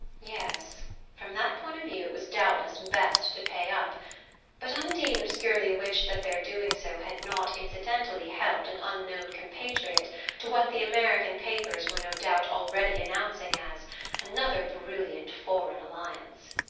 yes from that point of view it was doubtless best to pay up but undine obscurely wished that their doing so had not incidentally helped an unknown compatriot to what the american papers were no doubt already announcing as another brilliant foreign alliance.